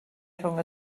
rhwng